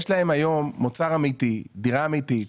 יש להם היום מוצר אמיתי, דירה אמיתית.